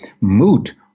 moot